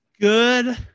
Good